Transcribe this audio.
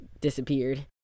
disappeared